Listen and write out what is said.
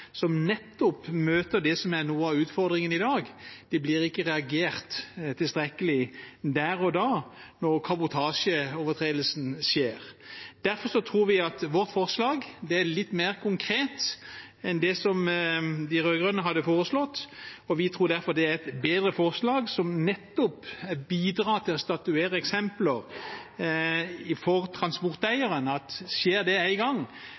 som nettopp møter det som er noe av utfordringen i dag: at det ikke blir reagert tilstrekkelig der og da når kabotasjeovertredelsen skjer. Derfor tror vi at vårt forslag er litt mer konkret enn det som de rød-grønne har foreslått. Vi tror dette er et bedre forslag som nettopp bidrar til å statuere et eksempel for transporteieren: at skjer det én gang, er